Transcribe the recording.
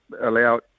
allow